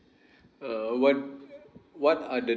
uh what what are the